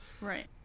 Right